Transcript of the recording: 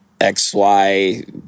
XY